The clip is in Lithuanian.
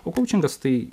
o kaučingas tai